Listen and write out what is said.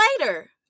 later